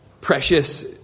precious